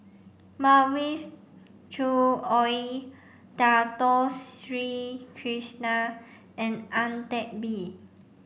Mavis Choo Oei Dato Sri Krishna and Ang Teck Bee